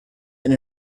and